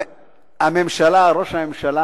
ראש הממשלה,